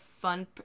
fun